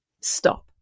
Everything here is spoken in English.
stop